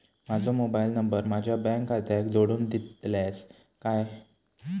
माजो mobile number माझ्या bank खात्याक जोडून दितल्यात काय?